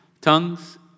tongues